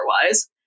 otherwise